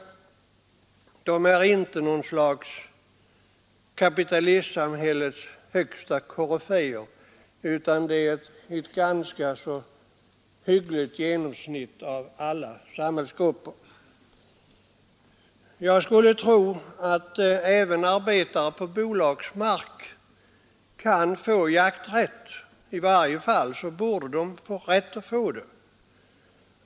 De är inte något slags kapitalistsamhällets högsta koryféer, utan de är ett ganska hyggligt genomsnitt av alla samhällsgrupper. Jag skulle tro att även arbetare kan få jakträtt på bolagsmark — i varje fall borde de få det.